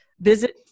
visit